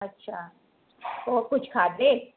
अछा पोइ कुझु खाधुइ